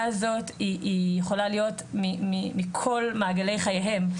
הזאת היא יכולה להיות מכל מעגלי חייהם,